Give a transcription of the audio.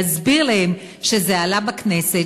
להסביר להם שזה עלה בכנסת,